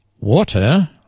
Water